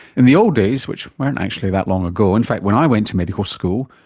in the old days, which weren't actually that long ago, in fact when i went to medical school,